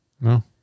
No